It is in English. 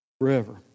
forever